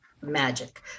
magic